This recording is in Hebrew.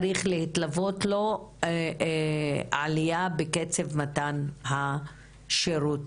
צריכה להתלוות לו עלייה בקצב מתן השירותים